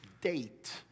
date